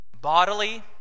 Bodily